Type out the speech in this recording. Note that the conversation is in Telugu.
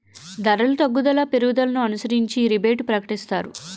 ధరలు తగ్గుదల పెరుగుదలను అనుసరించి రిబేటు ప్రకటిస్తారు